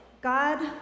god